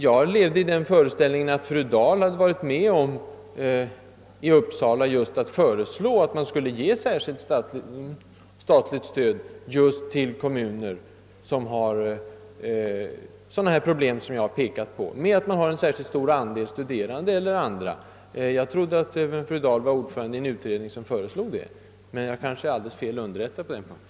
Jag levde i den föreställningen att fru Dahl i Uppsala just varit med om att föreslå särskilt statligt stöd till kommuner som har problem av det slag som jag har pekat på — genom att man har en speciellt stor andel av studerande eller andra kategorier av föräldrar vilkas barn behöver tillsyn. Jag trodde att fru Dahl var ordförande i en utredning som föreslog det, men jag kanske är alldeles felaktigt underrättad på den punkten.